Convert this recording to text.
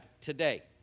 today